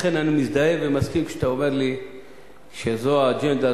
לכן אני מזדהה ומסכים כשאתה אומר לי שזו האג'נדה,